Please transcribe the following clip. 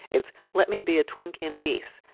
it's let me be a twink in peace.